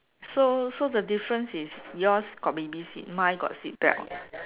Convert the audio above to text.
so so the difference is yours got baby seat mine got seat belt